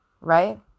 Right